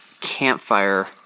campfire